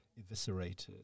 eviscerated